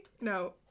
No